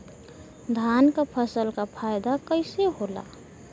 धान क फसल क फायदा कईसे होला?